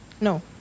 No